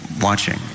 watching